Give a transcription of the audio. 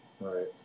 right